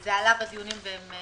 זה עלה בדיונים וגם